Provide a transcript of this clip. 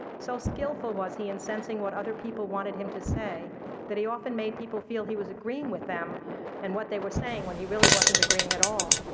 so skillful was he in sensing what other people wanted him to say that he often made people feel he was agreeing with them and what they were saying when he really wasn't agreeing at all.